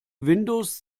windows